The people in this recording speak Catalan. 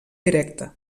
directe